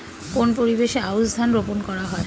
কোন পরিবেশে আউশ ধান রোপন করা হয়?